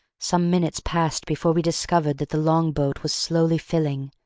some minutes passed before we discovered that the long-boat was slowly filling.